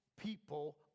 people